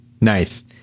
Nice